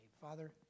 Father